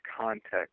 context